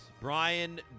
Brian